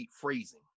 phrasing